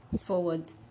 forward